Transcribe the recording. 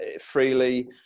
freely